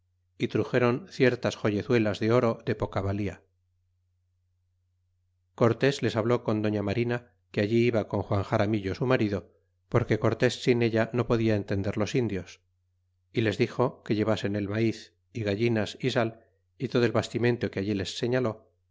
y truxéron ciertas joyezuelas de oro de poca va ja y cortés les habló con doña marina que allí iba con juan xaramillo su marido porque cortés sin ella no podia entender los indios y les dixo que llevasen el mai é gallinas y sal y todo el bastimento que allí les señaló